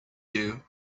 you